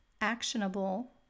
actionable